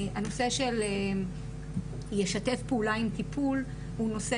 הנושא של "ישתף פעולה עם טיפול" הוא נושא